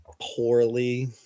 Poorly